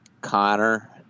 Connor